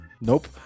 Nope